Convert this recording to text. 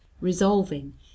resolving